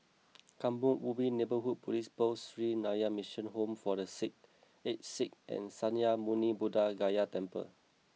Kampong Ubi Neighbourhood Police Post Sree Narayana Mission Home for the sick Aged Sick and Sakya Muni Buddha Gaya Temple